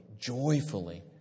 joyfully